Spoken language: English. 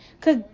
Cause